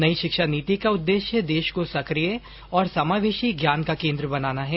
नई शिक्षा नीति का उद्देश्य देश को सकिय और समावेशी ज्ञान का केन्द्र बनाना है